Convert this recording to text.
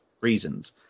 reasons